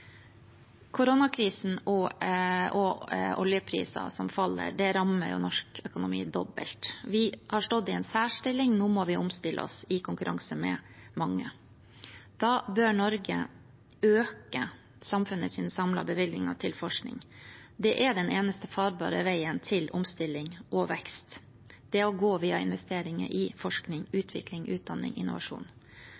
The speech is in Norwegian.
Koronakrisen og oljepriser som faller, rammer norsk økonomi dobbelt. Vi har stått i en særstilling. Nå må vi omstille oss i konkurranse med mange. Da bør Norge øke samfunnets samlede bevilgninger til forskning. Det er den eneste farbare veien til omstilling og vekst: å gå via investeringer i forskning,